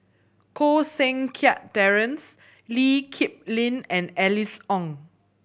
Koh Seng Kiat Terence Lee Kip Lin and Alice Ong